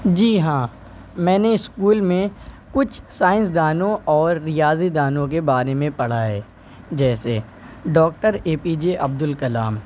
جی ہاں میں نے اسکول میں کچھ سائنسدانوں اور ریاضی دانوں کے بارے میں پڑھا ہے جیسے doctor A P J Abdul Kalam